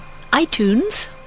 iTunes